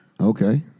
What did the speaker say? Okay